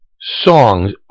songs